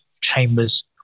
chambers